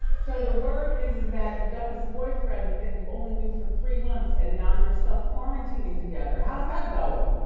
so the word is that you got this boyfriend that and you only knew for three months and now you're self-quarantining together. how's that going?